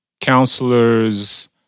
counselors